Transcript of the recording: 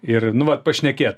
ir nu vat pašnekėt